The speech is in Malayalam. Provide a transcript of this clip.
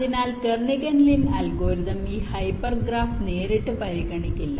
അതിനാൽ കെർണിഗൻ ലിൻ അൽഗോരിതം ഈ ഹൈപ്പർ ഗ്രാഫ് നേരിട്ട് പരിഗണിക്കില്ല